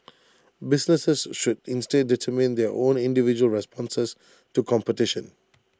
businesses should instead determine their own individual responses to competition